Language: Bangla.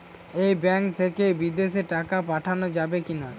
এই ব্যাঙ্ক থেকে বিদেশে টাকা পাঠানো যাবে কিনা?